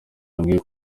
bambwiye